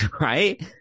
Right